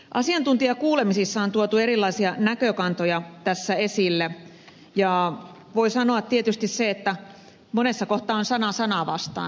asiantuntijakuulemisissa on tuotu erilaisia näkökantoja tässä esille ja voi sanoa tietysti että monessa kohtaa on sana sanaa vastaan